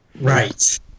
right